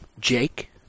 Jake